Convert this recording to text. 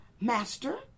Master